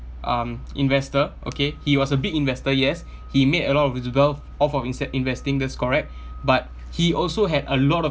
um investor okay he was a big investor yes he made a lot of visible of our instead investing this correct but he also had a lot of